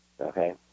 okay